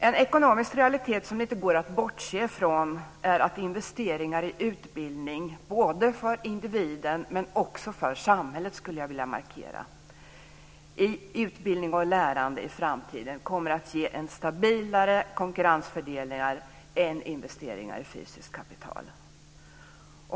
En ekonomisk realitet som det inte går att bortse ifrån är att investeringar i utbildning och lärande i framtiden, både för individen och för samhället, kommer att ge stabilare konkurrensfördelar än investeringar i fysiskt kapital.